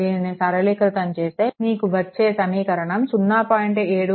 దీనిని సరళీకృతం చేస్తే మీకు వచ్చే సమీకరణం 0